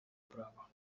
prawa